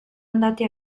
andati